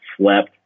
slept